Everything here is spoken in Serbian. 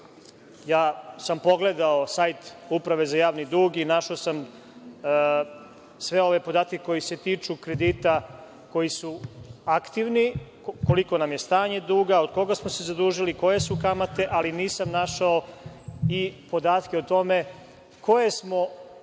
dug. Pogledao sam sajt Uprave za javni dug i našao sam sve ove podatke koji se tiču kredita koji su aktivni, koliko nam je stanje duga, od koga smo se zadužili, koje su kamate, ali nisam našao i podatke o tome koje smo kredite